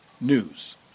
news